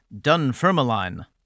Dunfermline